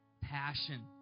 passion